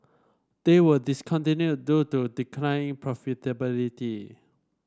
they were discontinued due to declining profitability